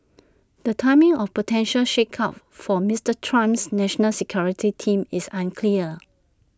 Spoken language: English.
the timing of potential shakeup for Mister Trump's national security team is unclear